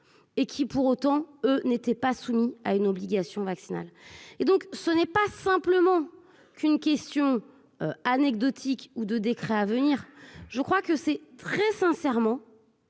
et qui pour autant n'étaient pas soumis à une obligation vaccinale et donc ce n'est pas simplement qu'une question anecdotique ou de décret à venir je crois que c'est très sincèrement